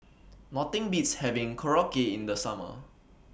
Nothing Beats having Korokke in The Summer